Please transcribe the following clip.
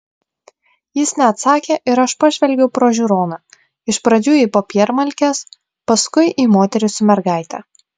jis neatsakė ir aš pažvelgiau pro žiūroną iš pradžių į popiermalkes paskui į moterį su mergaite